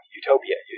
utopia